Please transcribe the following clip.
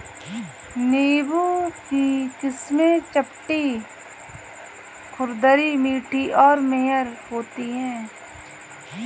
नींबू की किस्में चपटी, खुरदरी, मीठी और मेयर होती हैं